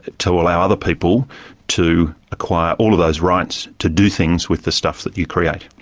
to allow other people to acquire all of those rights to do things with the stuff that you create.